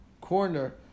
corner